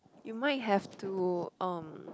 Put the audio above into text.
you might have to um